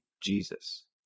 Jesus